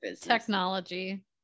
technology